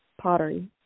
pottery